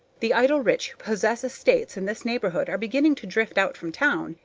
the idle rich who possess estates in this neighborhood are beginning to drift out from town,